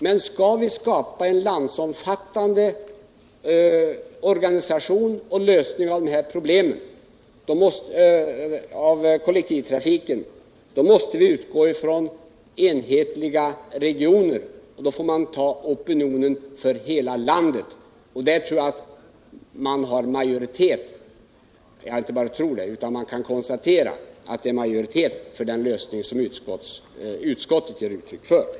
Men skall vi skapa en landsomfattande organisation för kollektivtrafiken måste vi utgå från enhetliga regioner, och då måste vi också ta hänsyn till opinionen i hela landet. Man kan konstatera att den opinionen är för den lösning som utskottsmajoriteten förordar.